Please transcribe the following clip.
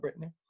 Britney